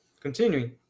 Continuing